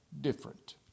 different